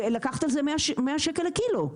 ולקחת על זה 100 שקל לקילו?